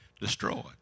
destroyed